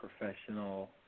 professional